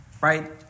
Right